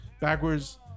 backwards